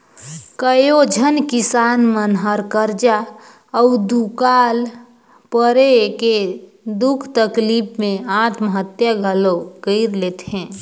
कयोझन किसान मन हर करजा अउ दुकाल परे के दुख तकलीप मे आत्महत्या घलो कइर लेथे